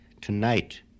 tonight